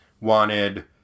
wanted